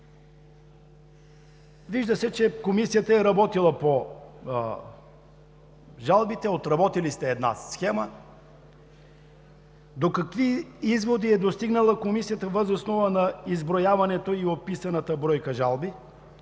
Вижда се, че Комисията е работила по жалбите – отработили сте една схема. До какви изводи е достигнала Комисията въз основа на изброяването и описаната бройка жалби?